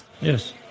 Yes